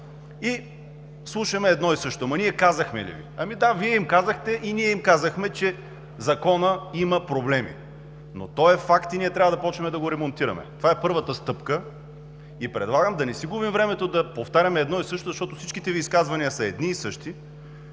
И слушаме едно и също: „Ние казахме ли Ви?“ Да, Вие им казахте и ние им казахме, че Законът има проблеми. Но той е факт и трябва да започваме да го ремонтираме. Това е първата стъпка и предлагам да не си губим времето да повтаряме едно и също, защото всичките Ви изказвания са едни и същи,